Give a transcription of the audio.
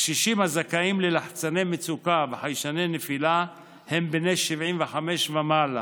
הקשישים הזכאים ללחצני מצוקה וחיישני נפילה הם בני 75 ומעלה